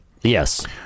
Yes